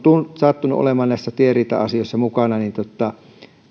sattunut olemaan näissä tieriita asioissa mukana ja